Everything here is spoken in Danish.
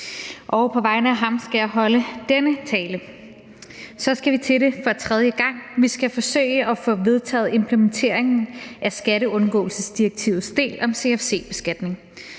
på vegne af ham skal jeg holde denne tale: Så skal vi til det for tredje gang. Vi skal forsøge at få vedtaget implementeringen af skatteundgåelsesdirektivets del om CFC-beskatning.